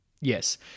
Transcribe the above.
Yes